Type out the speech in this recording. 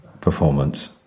Performance